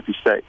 State